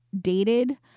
dated